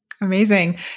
Amazing